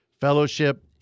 fellowship